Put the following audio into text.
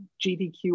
GDQ